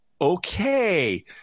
okay